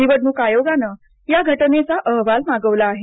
निवडणूक आयोगानं या घटनेचा अहवाल मागवला आहे